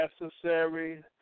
necessary